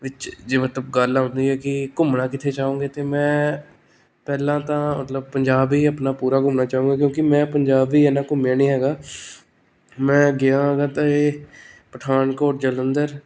ਵਿੱਚ ਜਿਵੇਂ ਤਾਂ ਗੱਲ ਆਉਂਦੀ ਹੈ ਕਿ ਘੁੰਮਣਾ ਕਿੱਥੇ ਚਾਹੋਗੇ ਤਾਂ ਮੈਂ ਪਹਿਲਾਂ ਤਾਂ ਮਤਲਬ ਪੰਜਾਬ ਹੀ ਆਪਣਾ ਪੂਰਾ ਘੁੰਮਣਾ ਚਾਹੁੰਗਾ ਕਿਉਂਕਿ ਮੈਂ ਪੰਜਾਬ ਵੀ ਇੰਨਾਂ ਘੁੰਮਿਆ ਨਹੀਂ ਹੈਗਾ ਮੈਂ ਗਿਆ ਹੈਗਾ ਤਾਂ ਇਹ ਪਠਾਨਕੋਟ ਜਲੰਧਰ